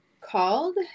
called